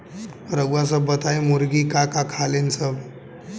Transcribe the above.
रउआ सभ बताई मुर्गी का का खालीन सब?